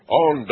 on